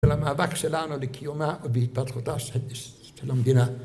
של המאבק שלנו לקיומה ובהתפתחותה של המדינה